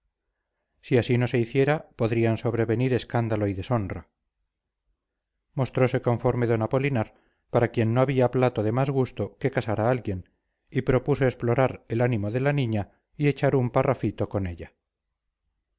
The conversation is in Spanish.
si así no se hiciera podrían sobrevenir escándalo y deshonra mostrose conforme d apolinar para quien no había plato de más gusto que casar a alguien y propuso explorar el ánimo de la niña y echar un parrafito con ella